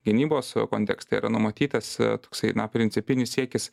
gynybos kontekste yra numatytas toksai na principinis siekis